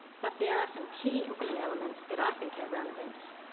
but there are some key important elements that i think are relevant,